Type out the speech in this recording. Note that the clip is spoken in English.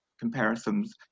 comparisons